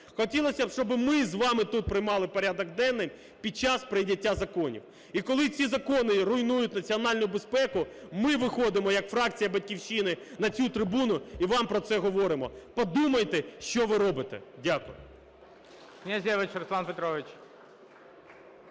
Хотілося б, щоби ми з вами тут приймали порядок денний під час прийняття законів. І коли ці закони руйнують національну безпеку, ми виходимо як фракція "Батьківщина" на цю трибуну і вам про це говоримо. Подумайте, що ви робите. Дякую.